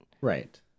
Right